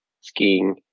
skiing